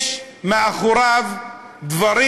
יש מאחוריו דברים